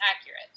accurate